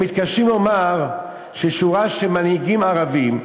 הם מתקשים לומר ששורה של מנהיגים ערבים,